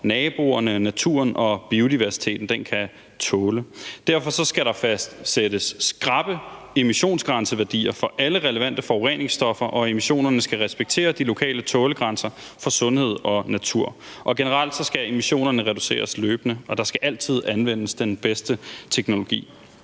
naboerne, naturen og biodiversiteten kan tåle. Derfor skal der fastsættes skrappe emissionsgrænseværdier for alle relevante forureningsstoffer, og emissionerne skal respektere de lokale tålegrænser for sundhed og natur, og generelt skal emissionerne reduceres løbende, og der skal altid anvendes den bedste teknologi.